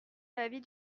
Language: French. l’avis